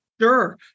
sure